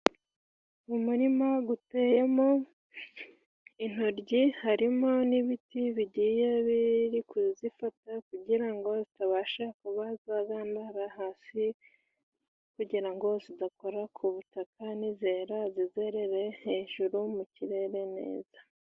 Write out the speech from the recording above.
Mu murima uteyemo intoryi, harimo n'ibiti bigiye kuzifata, kugira ngo zitabasha kuba zagana hasi, kugira ngo zidakora ku butaka ni zera zizerere hejuru mu kirere neza.